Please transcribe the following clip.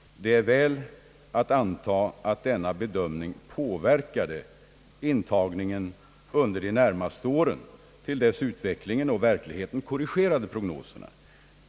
Det är väl att anta att denna bedömning påverkade intagningen under de närmaste åren, till dess utvecklingen och verkligheten korrigerade prognoserna.